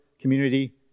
community